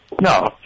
No